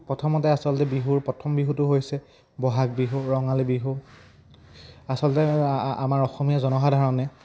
প্ৰথমতে আচলতে বিহুৰ প্ৰথম বিহুটো হৈছে বহাগ বিহু ৰঙালী বিহু আচলতে আমাৰ অসমীয়া জনসাধাৰণে